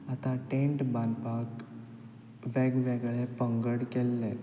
आतां टॅन्ट बांदपाक वेग वेगळे पंगड केल्ले